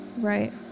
Right